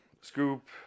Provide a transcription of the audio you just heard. Scoop